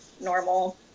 normal